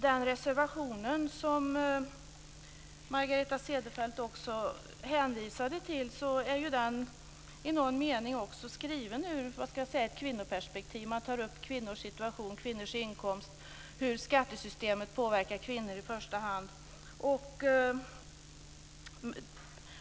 Den reservation som Margareta Cederfelt hänvisade till är i någon mening skriven ur ett kvinnoperspektiv. Den tar upp kvinnors situation, kvinnors inkomst och hur skattesystemet påverkar kvinnor i första hand.